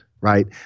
right